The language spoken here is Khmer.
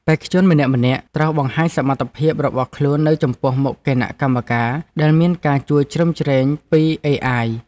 បេក្ខជនម្នាក់ៗត្រូវបង្ហាញសមត្ថភាពរបស់ខ្លួននៅចំពោះមុខគណៈកម្មការដែលមានការជួយជ្រោមជ្រែងពីអេអាយ។